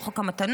עם חוק המתנות,